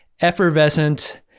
effervescent